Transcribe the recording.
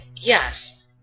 yes